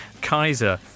Kaiser